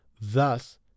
Thus